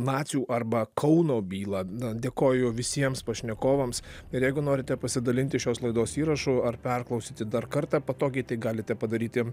nacių arba kauno bylą dėkoju visiems pašnekovams ir jeigu norite pasidalinti šios laidos įrašu ar perklausyti dar kartą patogiai galite padaryti